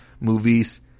movies